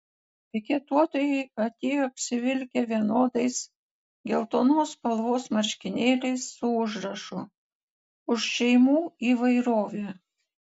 piketuotojai atėjo apsivilkę vienodais geltonos spalvos marškinėliais su užrašu už šeimų įvairovę